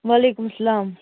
وعلیکُم اسلام